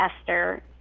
Esther